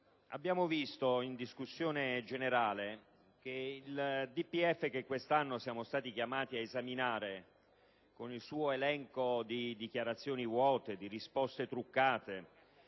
abbiamo visto nella discussione che il DPEF che quest'anno siamo stati chiamati ad esaminare, con il suo elenco di dichiarazioni vuote, di risposte truccate,